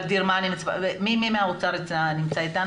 מי מהאוצר אתנו?